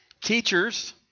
Teachers